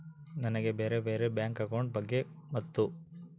ನನಗೆ ಬ್ಯಾರೆ ಬ್ಯಾರೆ ಬ್ಯಾಂಕ್ ಅಕೌಂಟ್ ಬಗ್ಗೆ ಮತ್ತು?